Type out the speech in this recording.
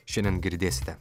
šiandien girdėsite